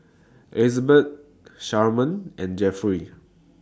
Elizabet Sharman and Jeffrey